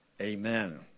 Amen